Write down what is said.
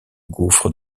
gouffre